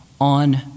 on